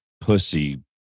pussy